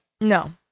no